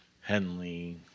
Henley